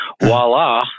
voila